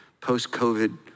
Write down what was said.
post-COVID